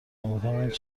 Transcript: نمیکنند